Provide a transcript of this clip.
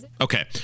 Okay